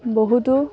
বহুতো